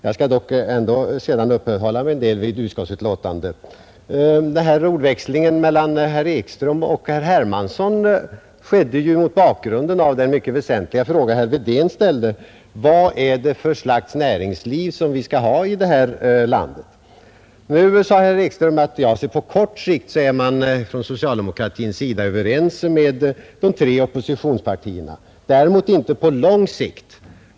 Jag skall emellertid litet senare uppehålla mig något även vid finansutskottets betänkande Ordväxlingen mellan herr Ekström och herr Hermansson i Stockholm tillkom mot bakgrunden av den mycket väsentliga fråga som herr Wedén ställde: Vad är det för slags näringsliv vi skall ha här i landet? Herr Ekström sade att på kort sikt är man från den socialdemokratiska sidan överens med de tre oppositionspartierna, däremot inte på lång sikt.